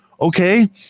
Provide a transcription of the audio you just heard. okay